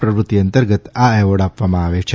પ્રવૃત્તિ અંતર્ગત આ એવોર્ડ આપાવમાં આવશે